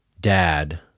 Dad